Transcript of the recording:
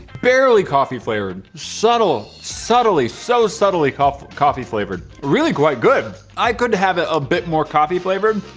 barely coffee flavored subtle subtly so subtly coffee coffee flavored really quite good i couldn't have it a bit more coffee flavored,